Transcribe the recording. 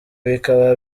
bikaba